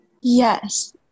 Yes